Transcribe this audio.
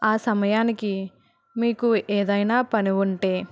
ఆ సమయానికి మీకు ఏదైనా పని ఉంటే